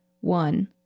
one